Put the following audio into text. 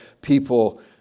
people